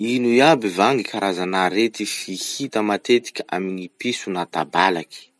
Ino iaby va gny karazan'arety fihita matetiky amy gny piso na tabalaky?